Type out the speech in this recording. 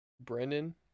Brendan